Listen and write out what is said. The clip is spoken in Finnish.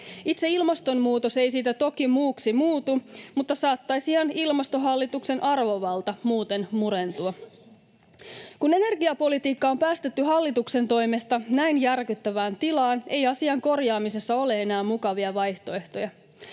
Itse ilmastonmuutos ei siitä toki muuksi muutu, mutta saattaisihan ilmastohallituksen arvovalta muuten murentua. Kun energiapolitiikka on päästetty hallituksen toimesta näin järkyttävään tilaan, ei asian korjaamisessa ole enää mukavia vaihtoehtoja.